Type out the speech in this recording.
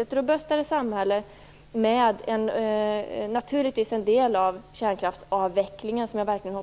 Det främjar ett robustare samhälle där kärnkraftsavvecklingen, som jag verkligen